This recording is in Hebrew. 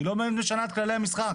היא לא באמת משנה את כללי המשחק